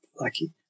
lucky